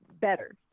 better